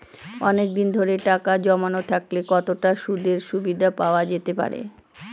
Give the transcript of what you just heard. অনেকদিন ধরে টাকা জমানো থাকলে কতটা সুদের সুবিধে পাওয়া যেতে পারে?